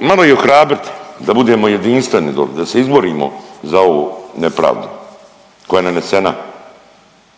malo ih ohrabrite da budemo jedinstveni doli, da se izborimo za ovu nepravdu koja je nanesena